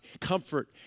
comfort